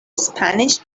spanish